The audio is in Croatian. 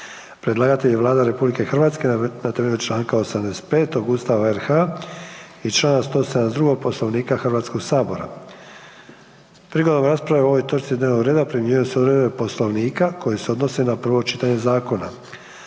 Predlagatelj je Vlada RH na temelju čl. 85. Ustava RH i čl. 172. Poslovnika Hrvatskoga sabora. Prigodom rasprave o ovoj točki dnevnog reda primjenjuju se odredbe Poslovnika koje se odnose na prvo čitanje zakona.